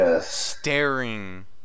staring